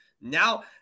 Now